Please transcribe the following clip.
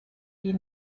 die